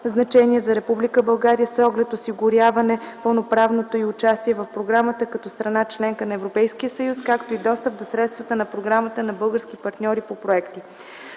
България, с оглед осигуряване пълноправното й участие в програмата като страна – членка на Европейския съюз, както и достъп до средствата по програмата на български партньори по проекти.